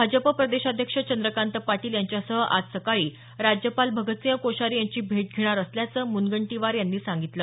भाजप प्रदेशाध्यक्ष चंद्रकांत पाटील यांच्यासह आज सकाळी राज्यपाल भगतसिंह कोश्यारी यांची भेट घेणार असल्याचं मुनगंटीवार यांनी सांगितलं